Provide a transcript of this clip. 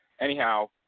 anyhow